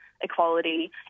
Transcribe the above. equality